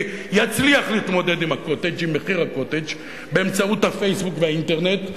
יצליח להתמודד עם מחיר ה"קוטג'" באמצעות ה"פייסבוק" והאינטרנט,